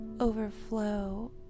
overflow